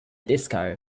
disco